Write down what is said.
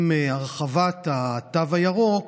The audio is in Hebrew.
עם הרחבת התו הירוק,